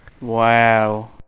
Wow